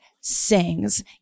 sings